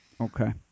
Okay